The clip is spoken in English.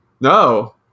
No